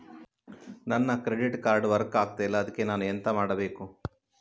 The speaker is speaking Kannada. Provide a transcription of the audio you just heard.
ನನ್ನ ಕ್ರೆಡಿಟ್ ಕಾರ್ಡ್ ವರ್ಕ್ ಆಗ್ತಿಲ್ಲ ಅದ್ಕೆ ನಾನು ಎಂತ ಮಾಡಬೇಕು?